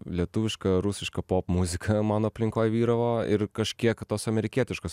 lietuviška rusiška popmuzika mano aplinkoj vyravo ir kažkiek tos amerikietiškos